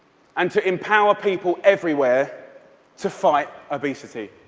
and to empower people everywhere to fight obesity.